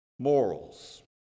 Morals